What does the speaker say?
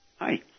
Hi